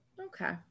okay